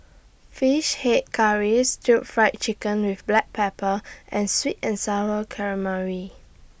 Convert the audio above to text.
Fish Head Curry Stir Fried Chicken with Black Pepper and Sweet and Sour Calamari